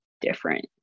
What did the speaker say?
different